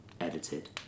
edited